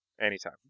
Anytime